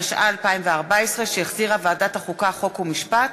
התשע"ה 2014, שהחזירה ועדת החוקה, חוק ומשפט.